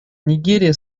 нигерия